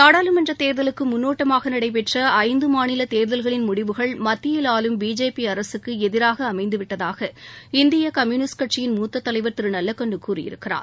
நாடாளுமன்றத் தேர்தலுக்கு முன்னோட்டமாக நடைபெற்ற ஐந்து மாநில தேர்தல்களின் முடிவுகள் மத்தியில் ஆளும் பிஜேபி அரசுக்கு எதிராக அமைந்து விட்டதாக இந்திய கம்யூனிஸ்ட் கட்சியின் மூத்த தலைவர் திரு நல்லக்கண்ணு கூயிருக்கிறார்